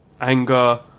anger